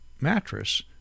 mattress